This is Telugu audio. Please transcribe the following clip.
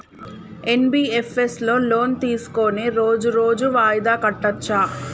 ఎన్.బి.ఎఫ్.ఎస్ లో లోన్ తీస్కొని రోజు రోజు వాయిదా కట్టచ్ఛా?